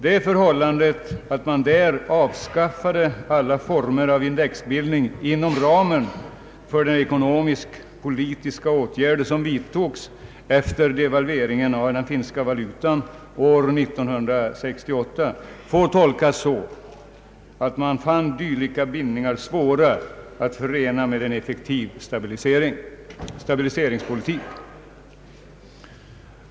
Det förhållandet att man där avskaffade alla former av indexbindning inom ramen för de ekonomiskt-politiska åtgärder som vidtogs efter devalveringen av den finska valutan år 1968 får tolkas så, att man fann dylika bindningar svåra att förena med en effektiv stabiliseringspolitik.